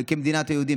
במדינת היהודים,